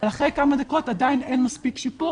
ואחרי כמה דקות עדיין אין מספיק שיפור